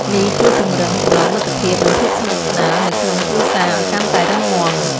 នេះជួយពង្រឹង ចំណងមិត្តភាព និងភាពស្និទ្ធស្នាល នៅក្នុងគ្រួសារឱ្យកាន់តែរឹងមាំ ។